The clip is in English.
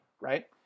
right